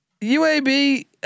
UAB